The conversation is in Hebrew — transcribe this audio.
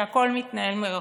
כשהכול מתנהל מרחוק,